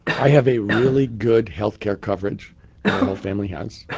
i have a really good health care coverage that our whole family has.